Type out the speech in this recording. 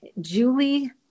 Julie